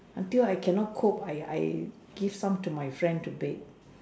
until I can not cope I I give some to my friend to bake